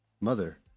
mother